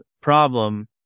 problem